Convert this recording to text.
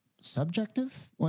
subjective